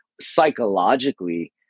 psychologically